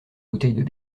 bouteilles